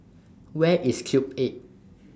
Where IS Cube eight